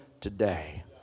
today